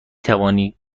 توانی